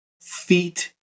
feet